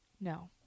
No